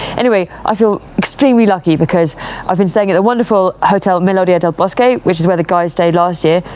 anyway, i feel extremely lucky because i've been staying at the wonderful hotel melodia del bosco which is where the guys stayed last year.